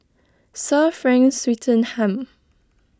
Sir Frank Swettenham